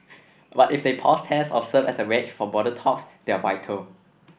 but if they pause tests or serve as a wedge for broader talks they're vital